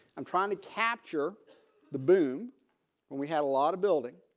i'm trying to capture the boom when we had a lot of building.